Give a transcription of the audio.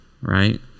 right